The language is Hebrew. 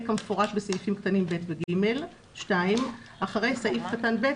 כמפורט בסעיפים קטנים (ב) ו (ג)"; אחרי סעיף קטן (ב)